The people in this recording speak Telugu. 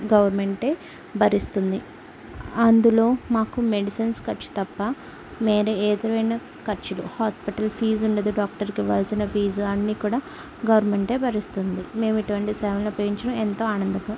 గవర్నమెంటే భరిస్తుంది అందులో మాకు మెడిసిన్స్ ఖర్చు తప్ప మేరే ఏదైన ఖర్చులు హాస్పిటల్ ఫీజు ఉండదు డాక్టర్కి ఇవ్వాల్సిన ఫీజు అన్ని కూడా గవర్నమెంటే భరిస్తుంది మేము ఇటువంటి సేవలను ఉపయోగించడం ఎంతో ఆనందక